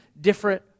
different